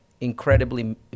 incredibly